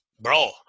Bro